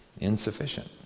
insufficient